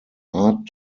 art